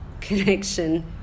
connection